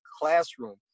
classroom